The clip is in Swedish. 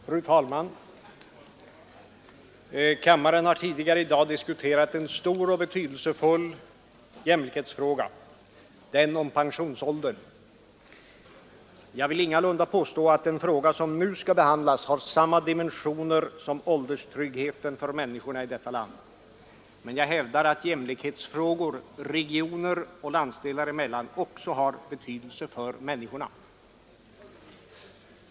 Fru talman! Kammaren har tidigare i dag diskuterat en stor och betydelsefull jämlikhetsfråga — den om pensionsåldern. Jag vill ingalunda påstå att den fråga som nu skall behandlas har samma dimensioner som ålderstryggheten för människorna i detta land, men jag hävdar att också jämlikhetsfrågor regioner och landsdelar emellan har betydelse för människorna.